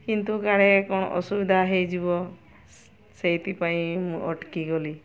କିନ୍ତୁ କାଳେ କ'ଣ ଅସୁବିଧା ହେଇଯିବ ସେଇଥିପାଇଁ ମୁଁ ଅଟକି ଗଲି